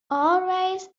always